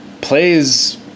plays